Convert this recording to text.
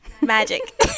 magic